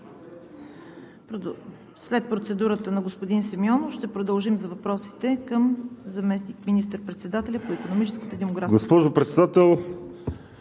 След процедурата на господин Симеонов ще продължим с въпросите към заместник министър-председателя по икономическата и демографската